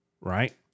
Right